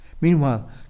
meanwhile